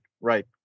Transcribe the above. right